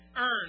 earn